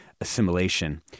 Assimilation